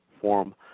form